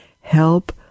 Help